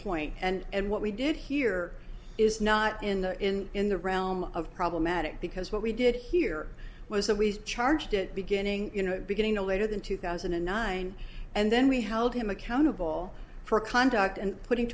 point and what we did here is not in the in in the realm of problematic because what we did here was always charged at beginning you know beginning to later than two thousand and nine and then we held him accountable for conduct and putting